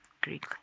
Greek